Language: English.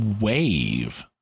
wave